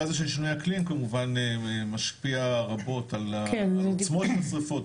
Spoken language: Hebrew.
האקלים כמובן משפיע רבות על העוצמות של השריפות,